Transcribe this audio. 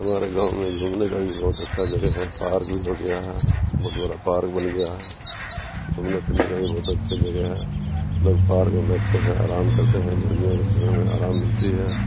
ہمارے گاؤں میں گھومنے کا بھی بہت اچھا جگہ ہے پارک بھی ہو گیا ہے بہت بڑا پارک بن گیا ہے گھومنے پھرنے کا بھی بہت اچھی جگہ ہے لوگ پارک میں بیٹھتے ہیں آرام کرتے ہیں گرمیوں کے سمے میں آرام ملتی ہے